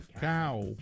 Cow